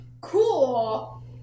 cool